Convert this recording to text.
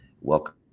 Welcome